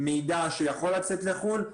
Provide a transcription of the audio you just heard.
מידע שיכול לצאת לחו"ל.